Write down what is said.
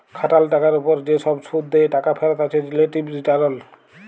খাটাল টাকার উপর যে সব শুধ দিয়ে টাকা ফেরত আছে রিলেটিভ রিটারল